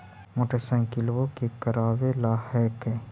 मोटरसाइकिलवो के करावे ल हेकै?